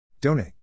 Donate